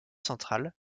centrale